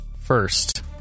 first